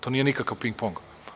To nije nikakav ping pong.